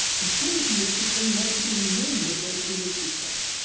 historically, you have to explain why people remained, not why people were kicked out.